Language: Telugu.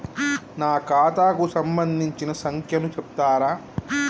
నా ఖాతా కు సంబంధించిన సంఖ్య ను చెప్తరా?